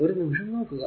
ഒരു നിമിഷം നോക്കുക